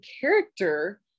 character